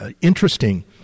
interesting